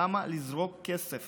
למה לזרוק כסף